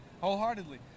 wholeheartedly